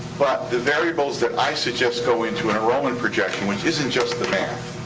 but the variables that i suggest go into enrollment projections, which isn't just the math,